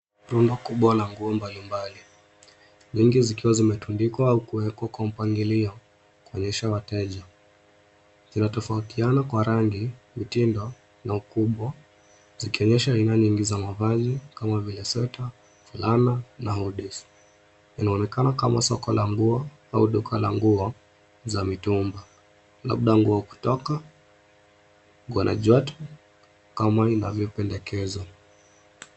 Rundo kubwa na nguo mbalimbali. Nyingi zikiwakwa zimetandikwa au kuwekwakwa mpangilio kuonyesha wateja. Zinatofautiana kwa rangi, mtindo na ukubwa, zikionyesha aina nyingi za mavazi kama vile sweta, fulana na hoodies. Inaonekana kama soko la nguo au duka la nguo za mitumba. Labda nguo kutoka Nguanajuati kama ninavyopendekeza.